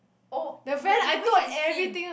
oh wait wait which is him